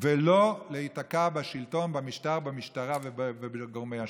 ולא להיתקע בשלטון, במשטר, במשטרה ובגורמי השלטון.